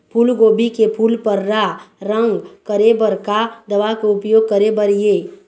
फूलगोभी के फूल पर्रा रंग करे बर का दवा के उपयोग करे बर ये?